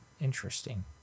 Interesting